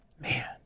Man